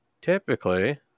typically